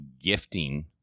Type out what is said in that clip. gifting